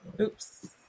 Oops